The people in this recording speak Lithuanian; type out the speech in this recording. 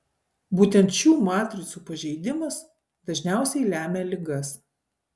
būtent šių matricų pažeidimas dažniausiai lemia ligas